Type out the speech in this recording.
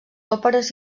òperes